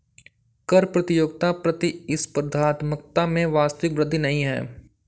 कर प्रतियोगिता प्रतिस्पर्धात्मकता में वास्तविक वृद्धि नहीं है